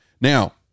now